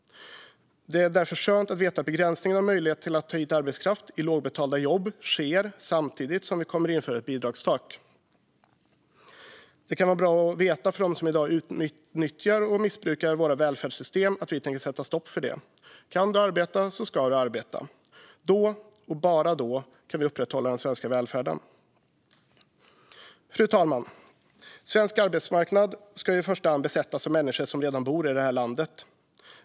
Det är därför skönt att veta att begränsningen av möjlighet att ta hit arbetskraft till lågbetalda jobb sker samtidigt som vi kommer att införa ett bidragstak. Det kan vara bra att veta för dem som i dag utnyttjar och missbrukar välfärdssystemen att vi tänker sätta stopp för det. Kan du arbeta ska du arbeta. Då och bara då kan vi upprätthålla den svenska välfärden. Fru talman! Svensk arbetsmarknad ska i första hand besättas av människor som redan bor i landet.